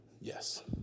Yes